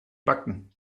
backen